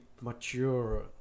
mature